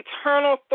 eternal